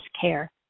care